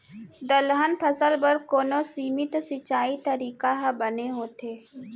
दलहन फसल बर कोन सीमित सिंचाई तरीका ह बने होथे?